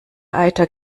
eiter